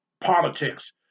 politics